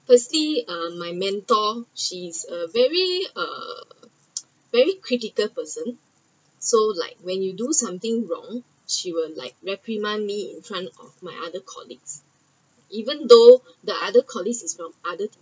firstly uh my mentor she is a very uh very critical person so like when you do something wrong she will like reprimand me in front of my other colleagues even though the other colleagues is from other departments